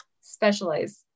specialize